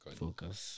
focus